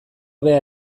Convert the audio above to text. hobea